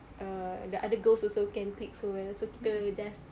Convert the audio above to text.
err the other girls also can click so well so kita just